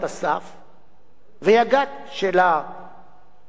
של הממשלה,